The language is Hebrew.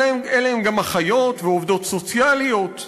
אבל אלה הן גם אחיות ועובדות סוציאליות,